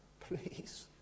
Please